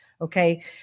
okay